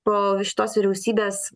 po šitos vyriausybės